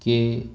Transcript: ਕਿ